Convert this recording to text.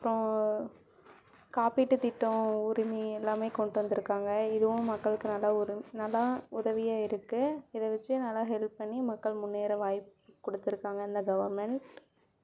அப்புறோம் காப்பீட்டு திட்டம் உரிமை எல்லாமே கொண்டு வந்திருக்காங்க இதுவும் மக்களுக்கு நல்ல ஒரு நல்ல உதவியாக இருக்குது இதை வெச்சு நல்லா ஹெல்ப் பண்ணி மக்கள் முன்னேற வாய்ப்பு கொடுத்துருக்காங்க இந்த கவர்மெண்ட்